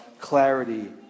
clarity